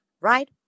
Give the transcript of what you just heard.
right